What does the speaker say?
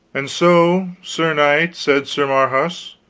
and so, sir knight, said sir marhaus,